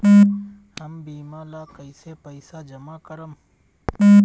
हम बीमा ला कईसे पईसा जमा करम?